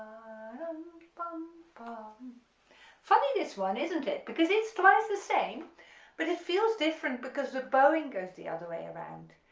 um um um funny this one isn't it, because it's twice the same but it feels different because the bowing goes the other way around,